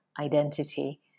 identity